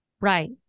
Right